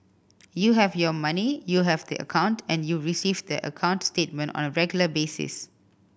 you have your money you have the account and you receive the account statement on a regular basis